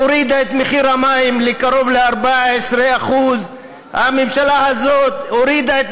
היא הורידה את מחיר המים בקרוב ל-14%; הממשלה הזאת הורידה את